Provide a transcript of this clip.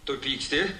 tu pyksti